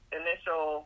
initial